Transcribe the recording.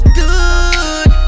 good